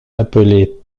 appelée